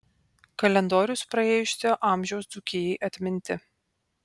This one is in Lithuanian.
kalendorius praėjusio amžiaus dzūkijai atminti